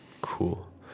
Cool